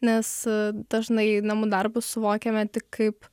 nes dažnai namų darbus suvokiame tik kaip